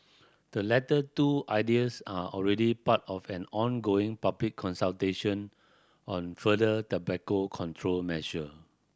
the latter two ideas are already part of an ongoing public consultation on further tobacco control measure